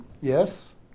yes